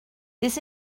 this